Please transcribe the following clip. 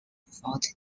fort